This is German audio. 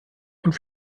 und